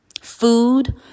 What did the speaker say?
Food